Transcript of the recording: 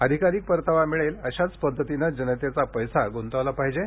अधिकाधिक परतावा मिळेल अशाच पद्धतीने जनतेचा पैसा ग्रंतवला पाहिजे